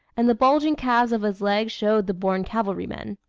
and the bulging calves of his legs showed the born cavalryman.